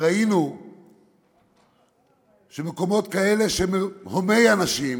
ראינו שמקומות כאלה, שהם הומי אנשים,